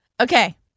Okay